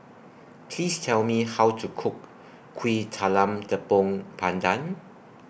Please Tell Me How to Cook Kuih Talam Tepong Pandan